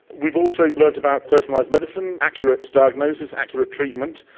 we've also learned about personalised medicine, accurate diagnosis, accurate treatment,